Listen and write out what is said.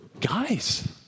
guys